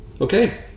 Okay